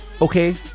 okay